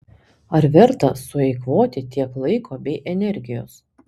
ar verta sueikvoti tiek laiko bei energijos